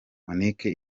monique